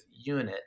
unit